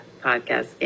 podcast